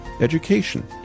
education